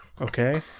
Okay